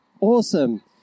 Awesome